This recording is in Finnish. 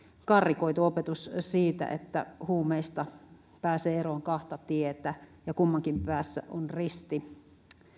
karrikoitu opetus siitä että huumeista pääsee eroon kahta tietä ja kummankin päässä on risti